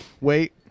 Wait